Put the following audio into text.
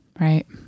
Right